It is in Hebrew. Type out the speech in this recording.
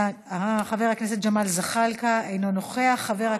חבר הכנסת ג'מאל זחאלקה, אינו נוכח, למה,